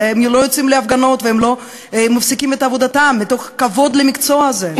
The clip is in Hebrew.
והם לא יוצאים להפגנות והם לא מפסיקים את עבודתם מתוך כבוד למקצוע הזה,